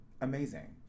amazing